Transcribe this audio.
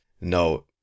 no